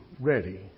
ready